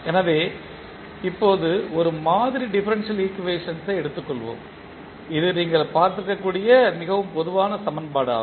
எனவே இப்போது ஒரு மாதிரி டிபரன்ஷியல் ஈக்குவேஷன்ஸ் ஐ எடுத்துக்கொள்வோம் இது நீங்கள் பார்த்திருக்கக்கூடிய மிகவும் பொதுவான சமன்பாடு ஆகும்